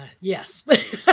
Yes